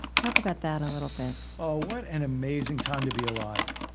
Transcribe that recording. talk about that a little bit oh, what an amazing time to be alive.